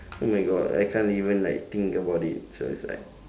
oh my god I can't even like think about it so it's like